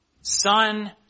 Son